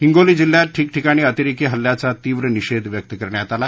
हिंगोली जिल्ह्यात ठिकठिकाणी आतेरेकी हल्याचा तीव्र निषेध व्यक्त करण्यात आला